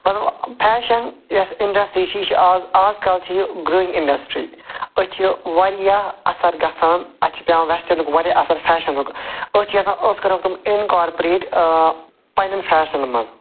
مطلب فٮ۪شن یۄس اِنٛڈسٹری چھِ یہِ چھِ آز آزکل چھِ یہِ گرٛویِنٛگ اِنٛڈسٹری أسۍ چھِ وارِیاہ اثر گَژھان اَسہِ چھِ پٮ۪وان وٮ۪سٹٲرنُک وارِیاہ اثر فٮ۪شنُک أسۍ چھِ یَژھان أسۍ کَرو تِم اِنکارپُریٹ پنٛنٮ۪ن فٮ۪شنن منٛز